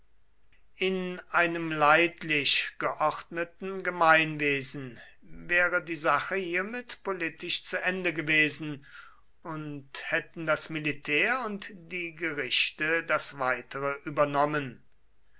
in einem leidlich geordneten gemeinwesen wäre die sache hiermit politisch zu ende gewesen und hätten das militär und die gerichte das weitere übernommen